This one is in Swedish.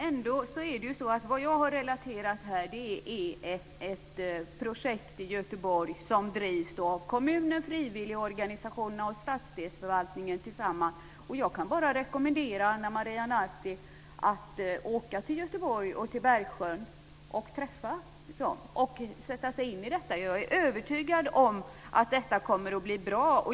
Fru talman! Vad jag har relaterat här är ändå ett projekt i Göteborg som drivs av kommunen, frivilligorganisationerna och stadsdelsförvaltningen tillsammans. Jag kan bara rekommendera Ana Maria Narti att åka till Göteborg och till Bergsjön och träffa dem och sätta sig in i detta. Jag är övertygad om att detta kommer att bli bra.